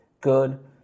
good